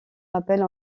rappelle